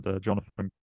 Jonathan